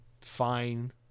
fine